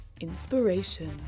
Inspiration